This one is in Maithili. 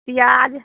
पिआज